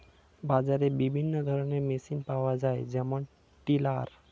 বাজারে বিভিন্ন ধরনের মেশিন পাওয়া যায় যেমন টিলার